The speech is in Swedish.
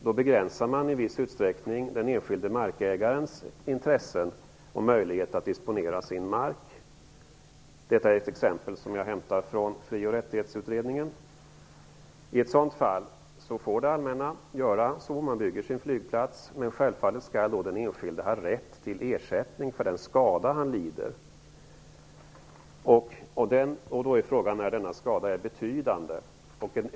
Då begränsar man i viss utsträckning den enskilde markägarens intressen och möjlighet att disponera den egna marken. Detta exempel hämtar jag från Fri och rättighetsutredningen. I ett sådant fall får det allmänna bygga sin flygplats, men självfallet skall den enskilde ha rätt till ersättning för den skada han då lider. Frågan är då när denna skada är att anse som betydande.